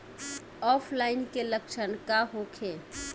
ऑफलाइनके लक्षण का होखे?